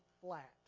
flat